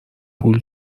پول